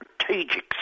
strategic